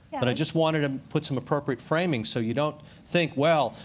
but i just wanted to put some appropriate framing, so you don't think, well,